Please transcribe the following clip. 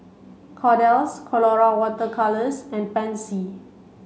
Kordel's Colora water colours and Pansy